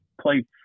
play